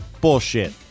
bullshit